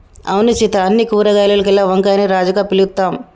అవును సీత అన్ని కూరగాయాల్లోకెల్లా వంకాయని రాజుగా పిలుత్తాం